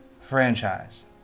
franchise